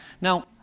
Now